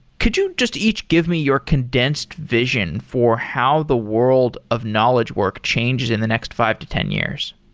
could you just each give me your condensed vision for how the world of knowledge work changes in the next five to ten years?